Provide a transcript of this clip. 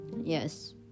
Yes